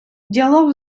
діалог